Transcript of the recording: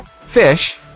fish